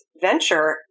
venture